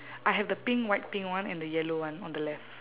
I have the pink white pink one and the yellow one on the left